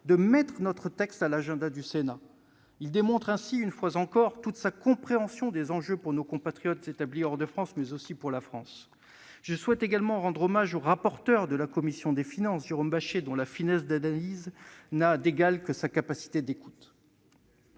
d'inscrire notre texte à l'agenda du Sénat. Il démontre ainsi, une fois encore, sa compréhension des enjeux pour nos compatriotes établis hors de France, mais aussi pour la France. Je souhaite également rendre hommage au rapporteur de la commission des finances, Jérôme Bascher, dont la finesse d'analyse n'a d'égale que la capacité d'écoute.